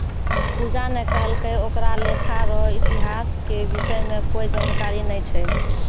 पूजा ने कहलकै ओकरा लेखा रो इतिहास के विषय म कोई जानकारी नय छै